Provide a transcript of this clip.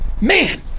man